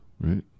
Right